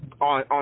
on